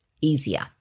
easier